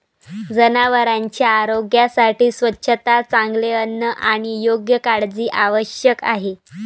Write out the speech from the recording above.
जनावरांच्या आरोग्यासाठी स्वच्छता, चांगले अन्न आणि योग्य काळजी आवश्यक आहे